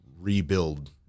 rebuild